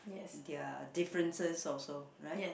their differences also right